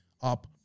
up